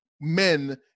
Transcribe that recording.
men